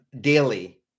daily